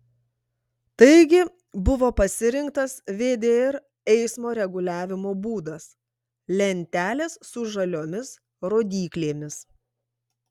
taigi buvo pasirinktas vdr eismo reguliavimo būdas lentelės su žaliomis rodyklėmis